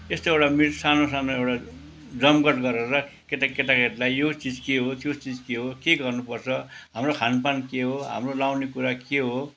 यस्तो एउटा मिट सानो सानो एउटा जमघट गरेर केटा केटाकेटीलाई यो चिज के हो त्यो चिज के हो के गर्नुपर्छ हाम्रो खानपान के हो हाम्रो लगाउने कुरा के हो